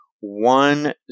one